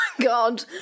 God